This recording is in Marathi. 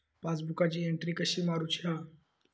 पासबुकाची एन्ट्री कशी मारुची हा?